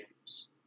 Games